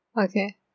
Okay